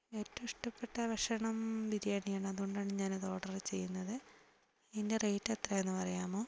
ഏറ്റവും ഇഷ്ടപ്പെട്ട ഭക്ഷണം ബിരിയാണിയാണ് അതുകൊണ്ടാണ് ഞാൻ അത് ഓർഡർ ചെയ്യുന്നത് ഇതിന്റെ റേറ്റ് എത്രയാണെന്ന് പറയാമോ